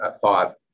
thought